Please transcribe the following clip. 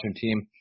team